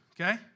Okay